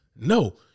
no